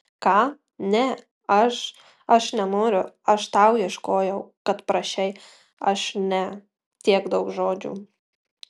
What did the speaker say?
ką ne aš aš nenoriu aš tau ieškojau kad prašei aš ne tiek daug žodžių